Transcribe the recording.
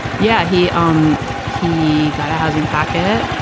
yeah, he um he got a housing packet.